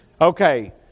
Okay